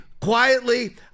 quietly